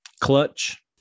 Clutch